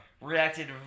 reacted